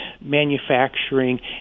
manufacturing